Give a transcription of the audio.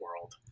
world